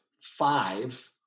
five